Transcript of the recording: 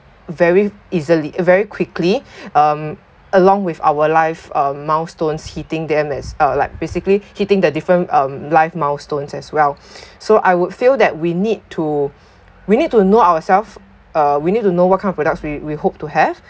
very easily very quickly um along with our life um milestones hitting them is like basically hitting the different um life milestones as well so I would feel that we need to we need to know ourselves uh we need to know what kind of products we we hope to have